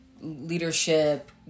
leadership